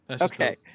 Okay